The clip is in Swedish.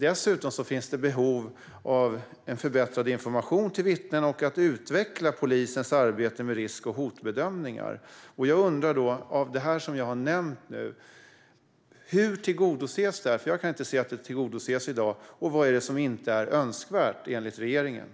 Dessutom finns det behov av förbättrad information till vittnen och av att utveckla polisens arbete med risk och hotbedömningar. Jag undrar hur det som jag har nämnt nu tillgodoses. Jag kan nämligen inte se att det tillgodoses i dag. Och vad är det som enligt regeringen inte är önskvärt?